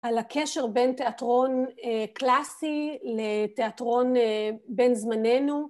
על הקשר בין תיאטרון קלאסי לתיאטרון בן זמננו.